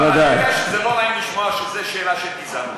אני יודע שזה לא נעים לשמוע שזו שאלה של גזענות.